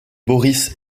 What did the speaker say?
boris